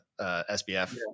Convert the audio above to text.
SBF